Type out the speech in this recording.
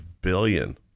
billion